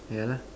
yeah lah